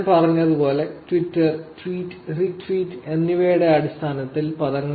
ഞാൻ പറഞ്ഞതുപോലെ Twitter tweet retweet എന്നിവയുടെ അടിസ്ഥാനത്തിൽ പദങ്ങൾ